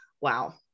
wow